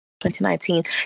2019